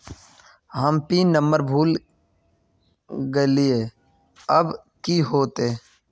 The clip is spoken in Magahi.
हम पिन नंबर भूल गलिऐ अब की होते?